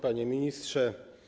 Panie Ministrze!